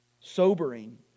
sobering